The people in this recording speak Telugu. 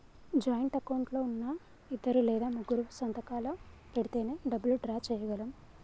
జాయింట్ అకౌంట్ లో ఉన్నా ఇద్దరు లేదా ముగ్గురూ సంతకాలు పెడితేనే డబ్బులు డ్రా చేయగలం